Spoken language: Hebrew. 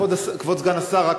כבוד סגן השר,